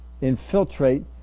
infiltrate